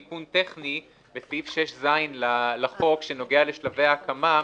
תיקון טכני לסעיף 6ז לחוק, שנוגע לשלבי ההקמה.